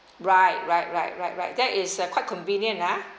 right right right right right that is quite convenient ah